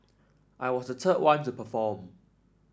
I was the third one to perform